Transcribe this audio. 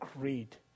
greed